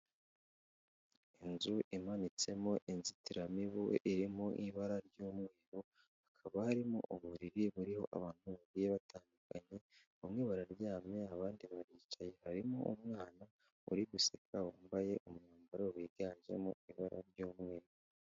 Inzu imanitsemo inzitiramibu iri mu ibara ry'umweru, hakaba harimo uburiri buriho abantu bagiye batandukanye, bamwe bararyamye abandi baricaye, harimo umwana uri guseka wambaye umwambaro wiganjemo ibara ry'umweru.